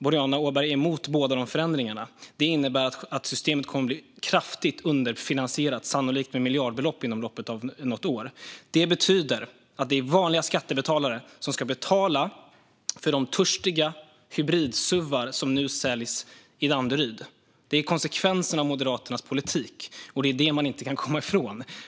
Boriana Åberg är emot båda de förändringarna. Det innebär att systemet kommer att bli kraftigt underfinansierat, sannolikt med miljardbelopp inom loppet av något år. Detta betyder att det är vanliga skattebetalare som ska betala för de törstiga hybridsuvar som nu säljs i Danderyd. Det är konsekvensen av Moderaternas politik, och det är detta man inte kan komma ifrån.